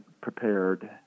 prepared –